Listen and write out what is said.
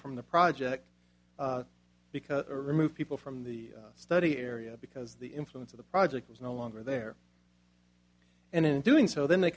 from the project because remove people from the study area because the influence of the project was no longer there and in doing so then they